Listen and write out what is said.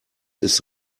ist